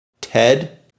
Ted